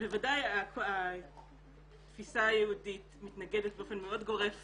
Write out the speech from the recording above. בוודאי התפיסה היהודית מתנגדת באופן מאוד גורף